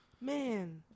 Man